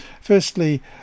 Firstly